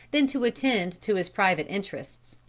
than to attend to his private interests.